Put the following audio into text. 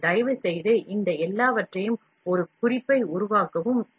எனவே தயவுசெய்து இவை எல்லாவற்றையும் ஒரு குறிப்பாக எடுத்துக்கொள்ளவும்